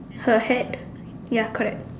her hat ya correct